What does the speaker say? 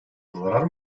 zarar